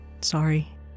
Sorry